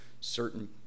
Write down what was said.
certain